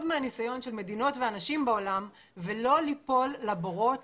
מהניסיון של מדינות ואנשים בעולם ולא ליפול לבורות